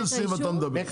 על איזה סעיף אתה מדבר?